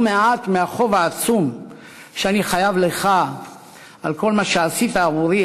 מעט מהחוב העצום שאני חייב לך על כל מה שעשית עבורי,